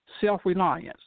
self-reliance